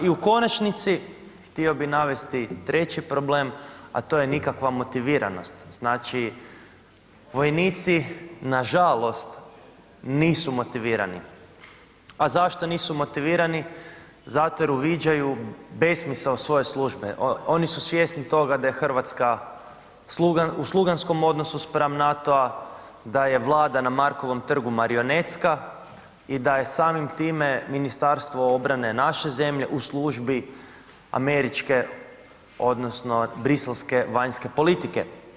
I u konačnici, htio bi navesti treći problem a to je nikakva motiviranost, znači vojnici nažalost nisu motivirani a zašto nisu motivirani, zato jer uviđaju besmisao svoje službe, oni su svjesni toga da je Hrvatska u sluganskom odnosu spram NATO-a, da je Vlada na Markovom trgu marionetska i da je samim time Ministarstvo obrane naše zemlje u službi američke odnosno briselske vanjske politike.